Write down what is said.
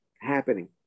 happening